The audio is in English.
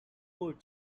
court